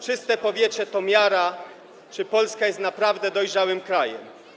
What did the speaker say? Czyste powietrze to miara tego, czy Polska jest naprawdę dojrzałym krajem.